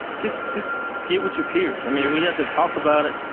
just just get with your peers. we have to talk about it,